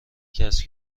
کسب